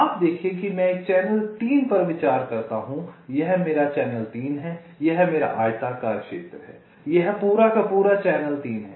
आप देखें कि मैं एक चैनल 3 पर विचार करता हूं यह मेरा चैनल 3 है यह मेरा आयताकार क्षेत्र है यह पूरा चैनल 3 है